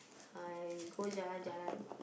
I go jalan-jalan